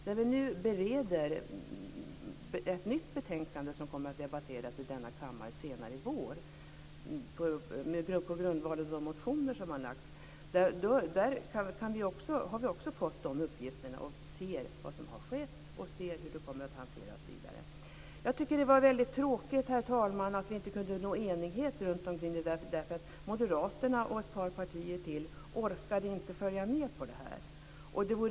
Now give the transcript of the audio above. När vi nu bereder ett nytt betänkande som kommer att debatteras i denna kammare senare i vår på grundval av de motioner som har lagts fram har vi också fått dessa uppgifter. Vi ser vad som har skett och hur det kommer att hanteras vidare. Jag tycker att det var väldigt tråkigt, herr talman, att vi inte kunde nå enighet runt detta för att Moderaterna och ett par partier till inte orkade följa med.